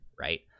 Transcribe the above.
right